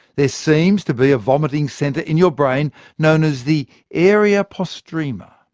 there seems to be a vomiting centre in your brain known as the area postrema.